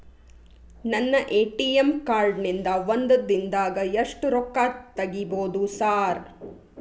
ನನ್ನ ATM card ನಿಂದಾ ಒಂದ್ ದಿಂದಾಗ ಎಷ್ಟ ರೊಕ್ಕಾ ತೆಗಿಬೋದು ಸಾರ್?